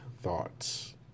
Thoughts